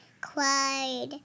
cried